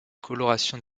colorations